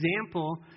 example